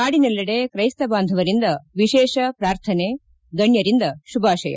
ನಾಡಿನೆಲ್ಲೆಡೆ ಕ್ರೈಸ್ತ ಬಾಂಧವರಿಂದ ವಿಶೇಷ ಪ್ರಾರ್ಥನೆ ಗಣ್ಯರಿಂದ ಶುಭಾಶಯ